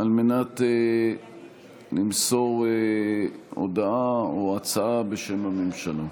על מנת למסור הודעה או הצעה בשם הממשלה.